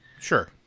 Sure